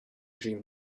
dream